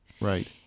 Right